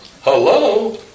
Hello